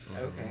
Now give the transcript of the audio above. Okay